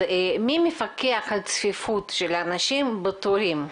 מי מפקח על הצפיפות של האנשים בתורים?